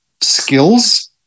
skills